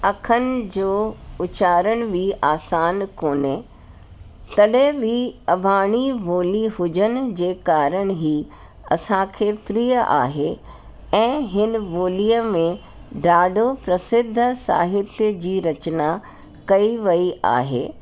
अख़रनि जो उचारण बि आसान कोन्हे तॾहिं बि आबाणी ॿोली हुजनि जे कारण ई असांखे प्रिय आहे ऐं हिन ॿोलीअ में ॾाढो प्रसिद्द साहित्य जी रचना कई वई आहे